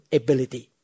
ability